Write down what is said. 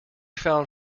found